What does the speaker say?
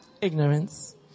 Ignorance